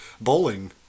Bowling